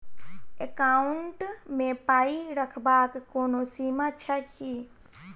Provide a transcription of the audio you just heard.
Account मे पाई रखबाक कोनो सीमा छैक की?